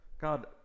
God